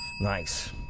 Nice